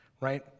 right